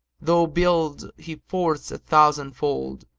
though build he forts a thousand-fold,